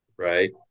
Right